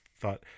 thought